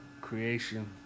creation